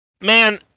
man